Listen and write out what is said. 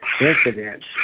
incidents